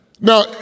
Now